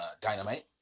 Dynamite